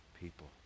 people